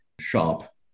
shop